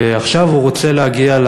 ועכשיו הוא רוצה להגיע,